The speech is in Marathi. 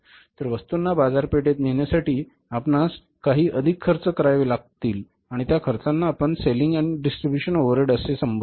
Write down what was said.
तर वस्तुंना बाजारपेठेत नेण्यासाठी आपणास काही अधिक खर्च करावे लागतील आणि त्या खर्चाना आपण सेलिंग आणि डिस्ट्रीब्युशन ओव्हरहेड असे संबोधतो